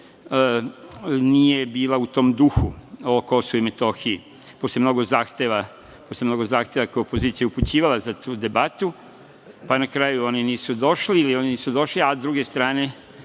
nije bila u tom duhu o KiM. Posle mnogo zahteva koje je opozicija upućivala za tu debatu, pa na kraju oni nisu došli ili oni nisu došli, a sa druge strane